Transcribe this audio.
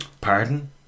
Pardon